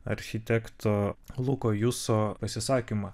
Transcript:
architekto luko juso pasisakymą